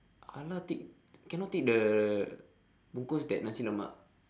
!alah! take cannot take the bungkus that nasi-lemak